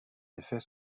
effets